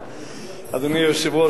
אדוני היושב-ראש,